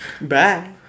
Bye